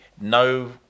No